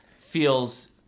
feels